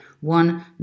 one